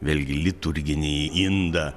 vėlgi liturginį indą